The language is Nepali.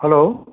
हेलो